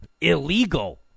illegal